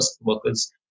workers